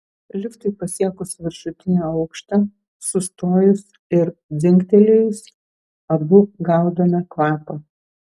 liftui pasiekus viršutinį aukštą sustojus ir dzingtelėjus abu gaudome kvapą